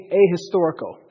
ahistorical